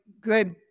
good